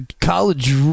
college